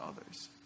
others